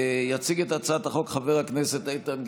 יציג את הצעת החוק חבר הכנסת איתן גינזבורג.